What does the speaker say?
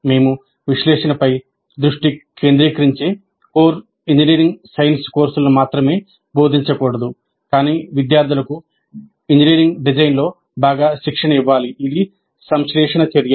మేము విశ్లేషణపై దృష్టి కేంద్రీకరించే కోర్ ఇంజనీరింగ్ సైన్స్ కోర్సులను మాత్రమే బోధించకూడదు కాని విద్యార్థులకు ఇంజనీరింగ్ డిజైన్లో బాగా శిక్షణ ఇవ్వాలి ఇది సంశ్లేషణ చర్య